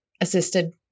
assisted